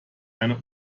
eine